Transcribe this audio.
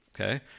okay